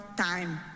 time